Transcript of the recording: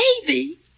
baby